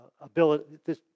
ability